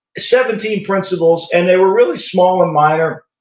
seventeen principles, and they were really small and minor,